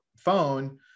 phone